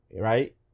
right